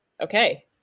Okay